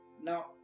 Now